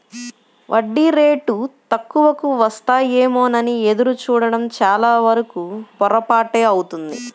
వడ్డీ రేటు తక్కువకు వస్తాయేమోనని ఎదురు చూడడం చాలావరకు పొరపాటే అవుతుంది